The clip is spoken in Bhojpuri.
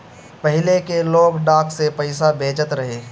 पहिले के लोग डाक से पईसा भेजत रहे